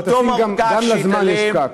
גם לזמן יש פקק.